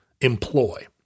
employ